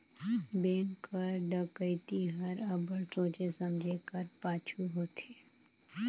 bank कर डकइती हर अब्बड़ सोंचे समुझे कर पाछू होथे